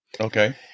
Okay